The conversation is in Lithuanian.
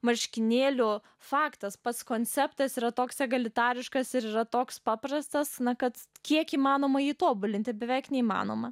marškinėlių faktas pats konceptas yra toks egalitariškas ir yra toks paprastas na kad kiek įmanoma jį tobulinti beveik neįmanoma